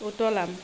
উতলাম